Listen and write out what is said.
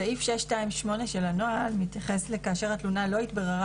סעיף 6.2.8 של הנוהל מתייחס ל"כאשר התלונה לא התבררה